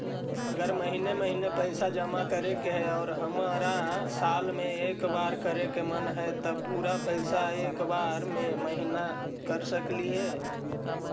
अगर महिने महिने पैसा जमा करे के है और हमरा साल में एक बार करे के मन हैं तब पुरा पैसा एक बार में महिना कर सकली हे?